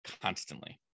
constantly